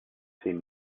cim